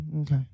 Okay